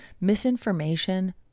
misinformation